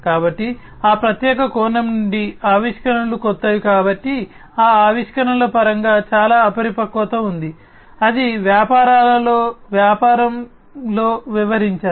కాబట్టి ఆ ప్రత్యేక కోణం నుండి ఆవిష్కరణలు కొత్తవి కాబట్టి ఆవిష్కరణల పరంగా చాలా అపరిపక్వత ఉంది అది వ్యాపారాలలో వ్యాపారంలో వ్యవహరించాలి